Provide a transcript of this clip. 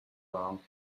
wrong